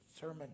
sermon